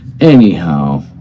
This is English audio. anyhow